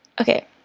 Okay